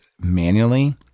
manually